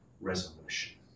Resolution